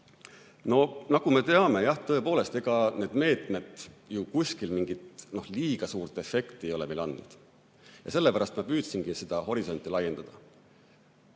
Nagu me teame, jah, tõepoolest, ega need meetmed ei ole ju kuskil mingit liiga suurt efekti andnud. Sellepärast ma püüdsingi seda horisonti laiendada.